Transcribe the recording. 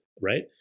right